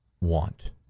want